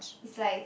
it's like